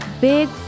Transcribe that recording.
big